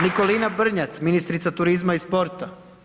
Nikolina Brnjac, ministrica turizma i sporta.